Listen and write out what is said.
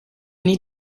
need